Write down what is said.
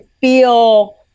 feel